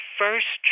first